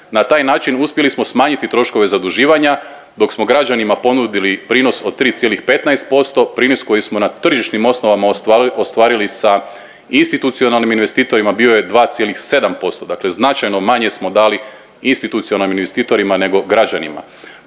Na taj način uspjeli smo smanjiti troškove zaduživanja, dok smo građanima ponudili prinos od 3,15%, prinos koji smo na tržišnim osnovama ostvarili sa institucionalnim investitorima bio je 2,7%. Dakle, značajno manje smo dali institucionalnim investitorima nego građanima.